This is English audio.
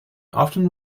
often